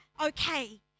okay